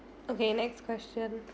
okay next question